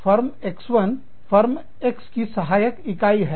firm X1 form X की सहायक इकाई है